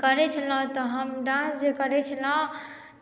करैत छलहुँ तऽ हम डांस जे करैत छलहुँ